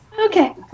Okay